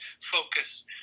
focus